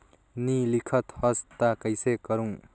नी लिखत हस ता कइसे करू?